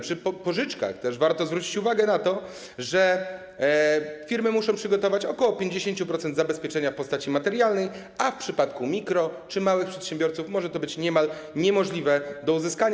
Przy pożyczkach warto też zwrócić uwagę na to, że firmy muszą przygotować ok. 50% zabezpieczenia w postaci materialnej, a w przypadku mikro- czy małych przedsiębiorców może to być niemal niemożliwe do uzyskania.